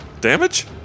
Damage